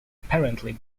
apparently